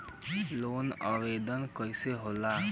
Loan आवेदन कैसे होला?